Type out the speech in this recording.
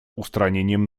устранением